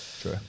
True